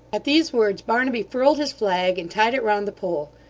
at these words, barnaby furled his flag, and tied it round the pole.